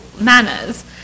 manners